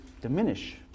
diminish